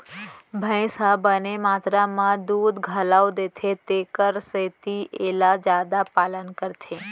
भईंस ह बने मातरा म दूद घलौ देथे तेकर सेती एला जादा पालन करथे